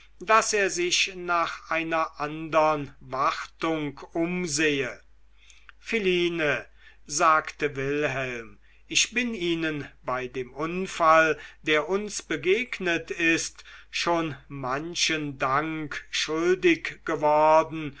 daß er sich nach einer andern wartung umsehe philine sagte wilhelm ich bin ihnen bei dem unfall der uns begegnet ist schon manchen dank schuldig geworden